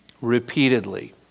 Repeatedly